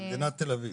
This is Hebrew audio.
במדינת תל אביב.